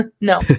No